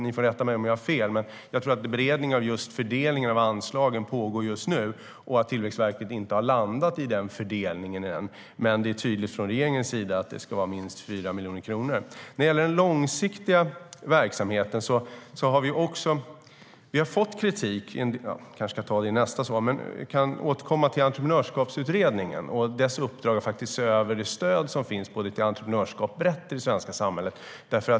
Ni får rätta mig om jag har fel, men jag tror att beredningen av anslagsfördelningen pågår just nu och att Tillväxtverket ännu inte har landat i den fördelningen. Men från regeringens sida är det tydligt att det ska vara minst 4 miljoner kronor. När det gäller den långsiktiga verksamheten har vi fått kritik. Jag kanske ska ta det i nästa svar. Vi kan återkomma till Entreprenörskapsutredningen och dess uppdrag att se över det stöd som finns till entreprenörskap brett i det svenska samhället.